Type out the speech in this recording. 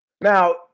Now